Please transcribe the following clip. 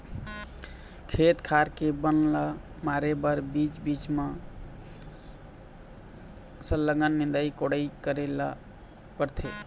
खेत खार के बन ल मारे बर बीच बीच म सरलग निंदई कोड़ई करे ल परथे